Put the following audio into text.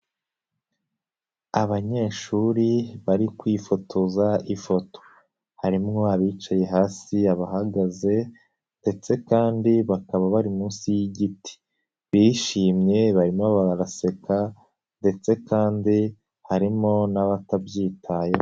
Abanyeshuri bari kwifotoza ifoto, harimo abicaye hasi abahagaze ndetse kandi bakaba bari munsi y'igiti, bishimye barimo baraseka ndetse kandi harimo n'abatabyitayeho.